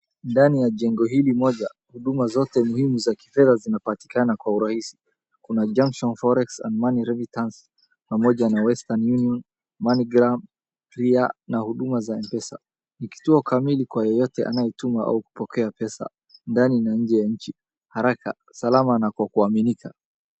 Ndani ya jengo hili moja huduma zote za kifedha zinapatikana kwa urahisi. Kuna Junction Forex and Money Heritance pamoja na Western Union, money gram pia na huduma za mpesa. Ni kituo kamili kwa yeyote anayetuma au kupokea pesa ndani na nje ya nchi, haraka ,salama na kwa kuaminika.